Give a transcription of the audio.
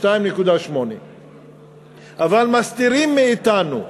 2.8. אבל מסתירים מאתנו,